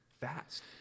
fast